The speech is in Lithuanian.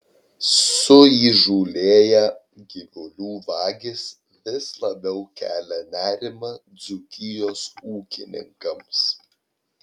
suįžūlėję gyvulių vagys vis labiau kelia nerimą dzūkijos ūkininkams